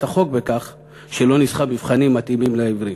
החוק בכך שלא ניסחה מבחנים מתאימים לעיוורים.